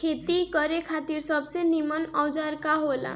खेती करे खातिर सबसे नीमन औजार का हो ला?